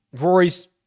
Rory's